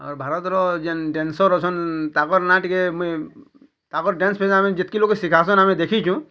ଆର୍ ଭାରତର ଯେନ୍ ଡ୍ୟାନ୍ସର୍ ଅଛନ୍ ତାଙ୍କର ନାଁ ଟିକେ ମୁଇଁ ତାଙ୍କର୍ ଡ୍ୟାନ୍ସ ପାଇଁ ଯେତ୍କି ଲୋକ ଶିଖାସନ୍ ଆମେ ଦେଖିଛୁଁ